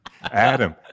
Adam